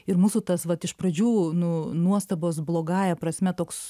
ir mūsų tas vat iš pradžių nu nuostabos blogąja prasme toks